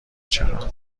چرا